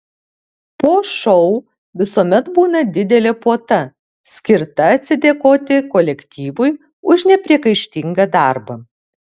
po šou visuomet būna didelė puota skirta atsidėkoti kolektyvui už nepriekaištingą darbą